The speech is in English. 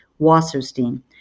Wasserstein